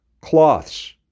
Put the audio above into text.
Cloths